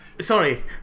Sorry